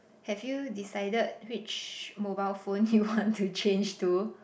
have you decided which mobile phone you want to change to